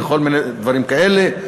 וכל מיני דברים כאלה,